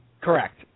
Correct